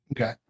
Okay